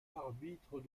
arbitre